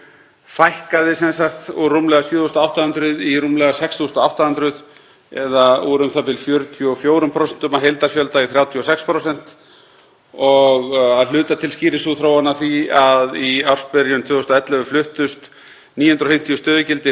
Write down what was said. og að hluta til skýrist sú þróun af því að í ársbyrjun 2011 fluttust 950 stöðugildi frá ríki til sveitarfélaga í tengslum við flutning málefna fatlaðra en þar voru aðeins um 20% háskólamenntaðir. Það þarf því að rýna þessi gögn mjög vel til að sjá heildarmyndina